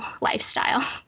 lifestyle